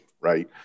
right